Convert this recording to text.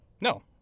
No